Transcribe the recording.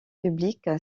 public